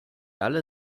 alle